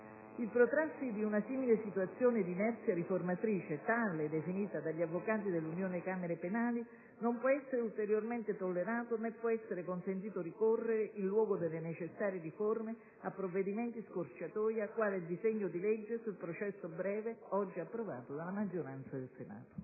Il protrarsi di una simile situazione di inerzia riformatrice (come tale definita dagli avvocati dell'Unione camere penali) non può essere ulteriormente tollerata né può essere consentito ricorrere, in luogo delle necessarie riforme, a provvedimenti «scorciatoia» quale il disegno di legge sul processo breve, oggi approvato dalla maggioranza al Senato.